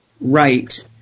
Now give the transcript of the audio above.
right